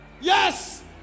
Yes